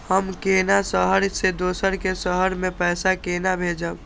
हम केना शहर से दोसर के शहर मैं पैसा केना भेजव?